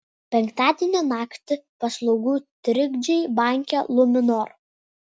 penktadienio naktį paslaugų trikdžiai banke luminor